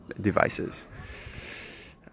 devices